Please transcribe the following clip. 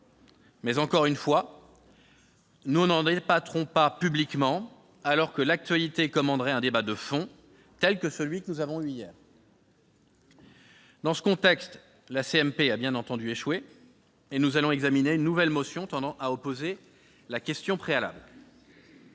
Mais, encore une fois, nous n'en discuterons pas publiquement, alors que l'actualité commanderait un débat de fond, tel que celui que nous avons eu hier. Dans ce contexte, la commission mixte paritaire a bien entendu échoué et nous allons examiner une nouvelle motion tendant à opposer la question préalable.